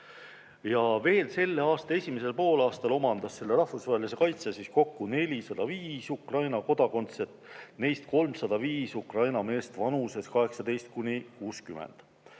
Ja veel selle aasta esimesel poolaastal omandas rahvusvahelise kaitse kokku 405 Ukraina kodakondset, neist 305 Ukraina meest vanuses 18–60.